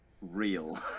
real